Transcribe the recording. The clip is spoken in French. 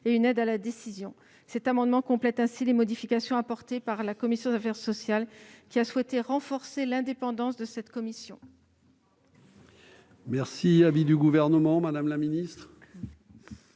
et une aide à la décision. Une telle mesure permet ainsi de compléter les modifications apportées par la commission des affaires sociales, qui a souhaité renforcer l'indépendance de cette commission.